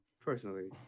Personally